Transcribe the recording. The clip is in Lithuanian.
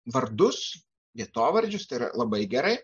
vardus vietovardžius tai yra labai gerai